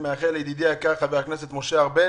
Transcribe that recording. ומאחל לידידי היקר חבר הכנסת משה ארבל,